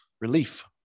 relief